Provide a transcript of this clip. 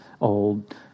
old